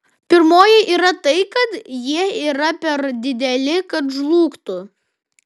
pirmoji yra tai kad jie yra per dideli kad žlugtų